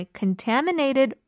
contaminated